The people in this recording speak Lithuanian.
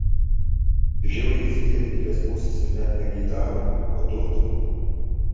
žiauriai zyzė didelės musės ir net ne geidavo o durdavo